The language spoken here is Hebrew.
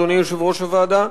אדוני יושב-ראש הוועדה,